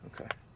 okay